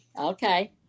Okay